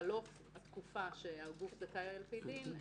בחלוף התקופה שהגוף זכאי, על-פי דין,